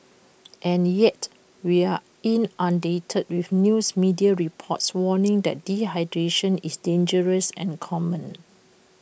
and yet we are inundated with news media reports warning that dehydration is dangerous and common